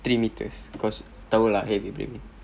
three metres cause tahu lah heavy breathing